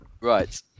right